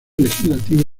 legislativo